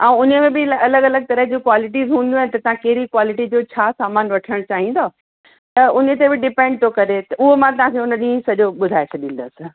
ऐं उन में बि अलॻि अलॻि तरह जो क्वालिटीज़ हूंदी आहे त तव्हां कहिड़ी क्वालिटी जो छा सामान वठणु चाहींदो त उन ते बि डिपेंड थो करे उहो मां तव्हांखे उन ॾींहुं सॼो ॿुधाए छॾींदसि